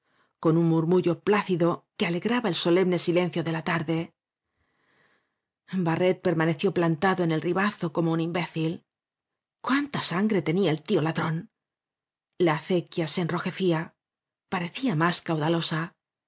con un murmullo plácido que ale graba el solemne silencio de la tarde barret permaneció plantado en el ribazo como un imbécil cuánta sangre tenía el tío la drón la acequia se enrrojecía parecía más